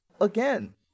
again